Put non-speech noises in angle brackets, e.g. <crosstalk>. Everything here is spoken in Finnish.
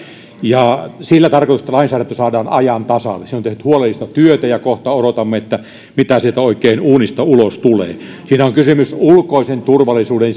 ja sillä tarkoituksella että lainsäädäntö saadaan ajan tasalle siinä on tehty huolellista työtä ja kohta odotamme mitä sieltä oikein uunista ulos tulee siinä on kysymys ulkoisen turvallisuuden <unintelligible>